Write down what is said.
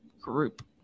group